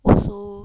also